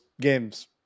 games